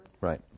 Right